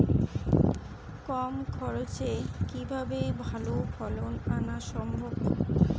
কম খরচে কিভাবে ভালো ফলন আনা সম্ভব?